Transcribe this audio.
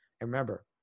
remember